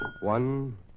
One